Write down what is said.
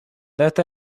that